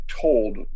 told